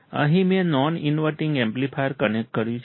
અહીં મેં non inverting amplifier connect કર્યું છે